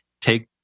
take